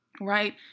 right